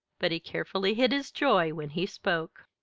but he carefully hid his joy when he spoke.